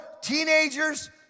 teenagers